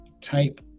type